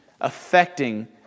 affecting